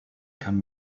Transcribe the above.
kann